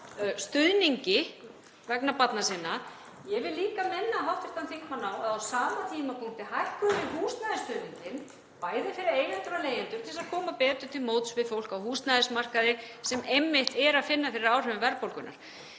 stuðningi vegna barna sinna. Ég vil líka minna hv. þingmann á að á sama tímapunkti hækkuðum við húsnæðisstuðninginn, bæði fyrir eigendur og leigjendur, til að koma betur til móts við fólk á húsnæðismarkaði sem einmitt er að finna fyrir áhrifum verðbólgunnar.